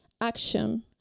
action